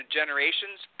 generations